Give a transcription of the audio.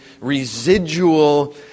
residual